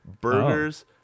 burgers